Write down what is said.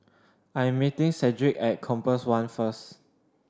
I am meeting Cedric at Compass One first